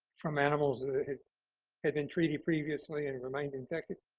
from animals that have been treated previously and remained infected?